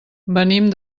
venim